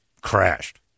crashed